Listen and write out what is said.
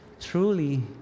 truly